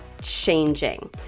changing